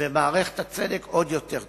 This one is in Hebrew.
ומערכת הצדק עוד יותר תיתקע.